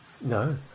No